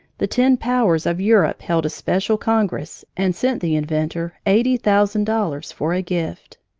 the ten powers of europe held a special congress and sent the inventor eighty thousand dollars for a gift.